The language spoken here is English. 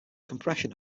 compression